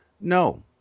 No